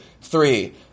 three